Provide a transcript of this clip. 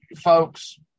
folks